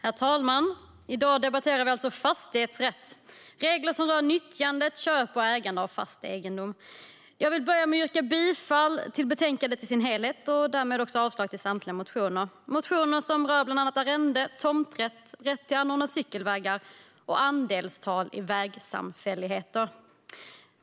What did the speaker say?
Herr talman! I dag debatterar vi alltså fastighetsrättsregler som rör nyttjande, köp och ägande av fast egendom. Jag vill börja med att yrka bifall till utskottets förslag i betänkandet och därmed avslag på samtliga motioner. Motionerna rör bland annat arrende, tomträtt, rätt att anordna cykelvägar och andelstal i vägsamfälligheter.